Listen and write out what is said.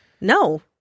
No